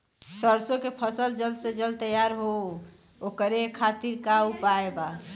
सरसो के फसल जल्द से जल्द तैयार हो ओकरे खातीर का उपाय बा?